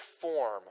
form